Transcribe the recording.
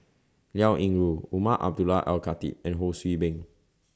Liao Yingru Umar Abdullah Al Khatib and Ho See Beng